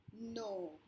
No